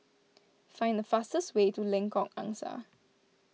find the fastest way to Lengkok Angsa